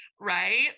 right